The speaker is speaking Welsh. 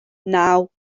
naw